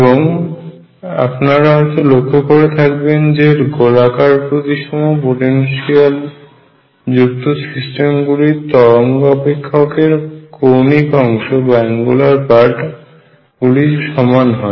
এবং আপনারা হয়তো লক্ষ্য করে থাকবেন যে গোলাকার প্রতিসম পোটেনশিয়াল যুক্ত সিস্টেমগুলির তরঙ্গ অপেক্ষকের কৌণিক অংশ গুলির মান সমান হয়